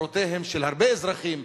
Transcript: לצרותיהם של הרבה אזרחים,